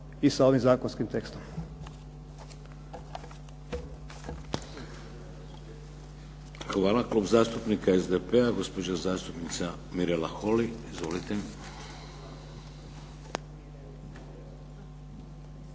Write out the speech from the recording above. Vladimir (HDZ)** Hvala. Klub zastupnika SDP-a, gospođa zastupnica Mirela Holy. Izvolite.